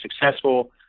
successful